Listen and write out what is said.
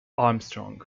armstrong